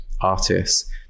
artists